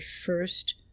first